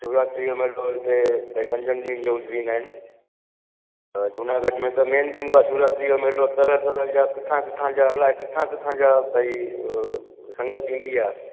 शिवरात्रीअ में अहिड़ो हिते भई पंजनि ॾींहंनि जो उजवींदा आहिनि जूनागढ़ में त मेन थींदो आहे शिवरात्रीअ जो मेलो तरह तरह जा किथां किथां जा इलाही किथां किथां जा भई संगत इंदी आहे